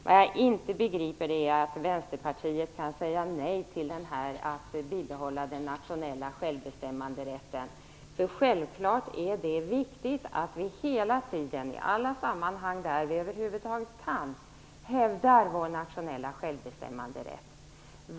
Det jag inte begriper är att Vänsterpartiet kan säga nej till att bibehålla den nationella självbestämmanderätten. Självklart är det viktigt att vi hela tiden i alla sammanhang där vi över huvud taget kan hävdar vår nationella självbestämmanderätt.